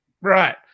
right